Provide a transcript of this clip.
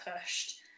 pushed